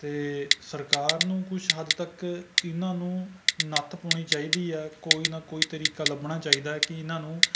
ਅਤੇ ਸਰਕਾਰ ਨੂੰ ਕੁਛ ਹੱਦ ਤੱਕ ਇਹਨਾਂ ਨੂੰ ਨੱਥ ਪਾਉਣੀ ਚਾਹੀਦੀ ਹੈ ਕੋਈ ਨਾ ਕੋਈ ਤਰੀਕਾ ਲੱਭਣਾ ਚਾਹੀਦਾ ਹੈ ਕਿ ਇਹਨਾਂ ਨੂੰ